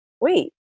wait